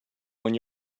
when